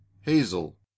hazel